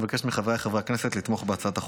אני מבקש מחבריי חברי הכנסת לתמוך בהצעת החוק.